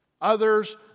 Others